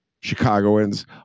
Chicagoans